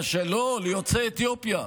לא, ליוצאי אתיופיה.